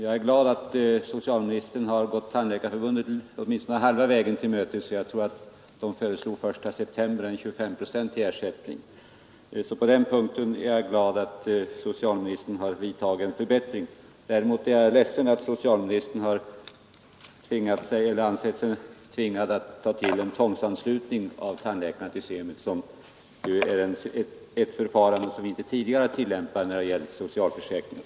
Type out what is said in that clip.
Jag är glad att socialministern nu gått Tandläkarförbundet till mötes på åtminstone halva vägen — jag tror att förbundet hade föreslagit den 1 september och en 25-procentig ersättning. I fråga om ersättningen är jag glad att socialministern nu gör en förbättring. Men jag är ledsen att socialministern ansett sig tvingad att genomföra 161 en tvångsanslutning av tandläkarna till det nya systemet, trots att man inte ansett sig behöva göra något liknande när det gäller våra övriga socialförsäkringar.